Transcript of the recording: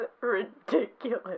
ridiculous